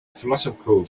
philosophical